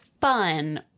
fun